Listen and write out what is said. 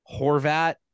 horvat